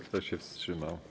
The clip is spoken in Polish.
Kto się wstrzymał?